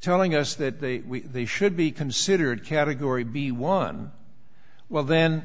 telling us that they should be considered category b one well then